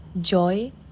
joy